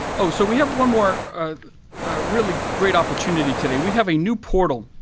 so we have one more really great opportunity today. we have a new portal.